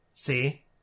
See